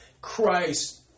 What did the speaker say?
Christ